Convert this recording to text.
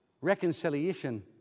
Reconciliation